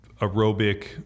aerobic